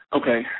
Okay